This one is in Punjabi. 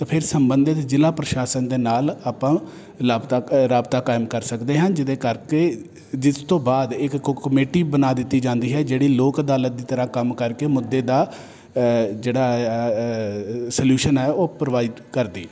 ਤਾਂ ਫਿਰ ਸੰਬੰਧਿਤ ਜ਼ਿਲ੍ਹਾ ਪ੍ਰਸ਼ਾਸਨ ਦੇ ਨਾਲ ਆਪਾਂ ਲਾਬਤਾ ਰਾਬਤਾ ਕਾਇਮ ਕਰ ਸਕਦੇ ਹਾਂ ਜਿਹਦੇ ਕਰਕੇ ਜਿਸ ਜਿਸ ਤੋਂ ਬਾਅਦ ਇੱਕ ਕੁਕ ਕਮੇਟੀ ਬਣਾ ਦਿੱਤੀ ਜਾਂਦੀ ਹੈ ਜਿਹੜੀ ਲੋਕ ਅਦਾਲਤ ਦੀ ਤਰ੍ਹਾਂ ਕੰਮ ਕਰਕੇ ਮੁੱਦੇ ਦਾ ਜਿਹੜਾ ਸਲਊਸ਼ਨ ਹੈ ਉਹ ਪ੍ਰੋਵਾਈਡ ਕਰਦੀ